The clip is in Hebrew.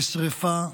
בשרפה,